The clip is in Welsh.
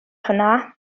hwnna